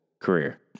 career